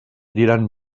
diran